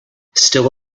still